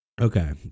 Okay